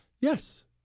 yes